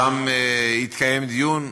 שם יתקיים דיון,